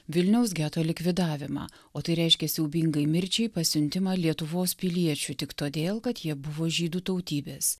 vilniaus geto likvidavimą o tai reiškia siaubingai mirčiai pasiuntimą lietuvos piliečių tik todėl kad jie buvo žydų tautybės